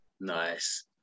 nice